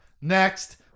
Next